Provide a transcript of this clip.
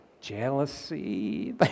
jealousy